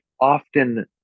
often